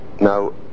now